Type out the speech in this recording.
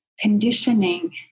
conditioning